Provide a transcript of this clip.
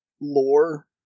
lore